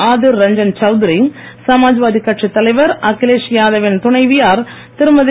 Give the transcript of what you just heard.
ஆதிர் ரஞ்சன் சவுத்ரி சமாஜ்வாதிக் கட்சித் தலைவர் அகிலேஷ் யாத வின் துணைவியார் திருமதி